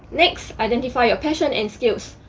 next, identify your passion and skills.